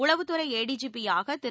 உளவுத்துறைஏடிஜிபியாகதிரு